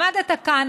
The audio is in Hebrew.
עמדת כאן,